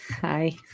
hi